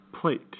plate